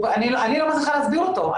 אני לא מצליחה להסביר אותו.